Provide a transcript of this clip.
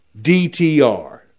DTR